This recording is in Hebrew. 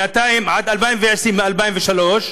מ-2003?